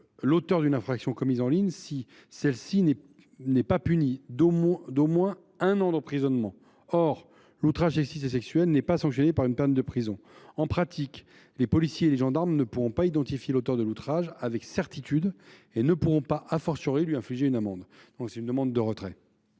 l’auteur d’une infraction commise en ligne si celle ci n’est pas punie d’au moins un an d’emprisonnement. Or l’outrage sexiste et sexuel n’est pas sanctionné par une peine de prison. En pratique, les policiers et gendarmes ne pourront identifier l’auteur de l’outrage avec certitude et ne pourront lui infliger une amende. Pour ces raisons, je sollicite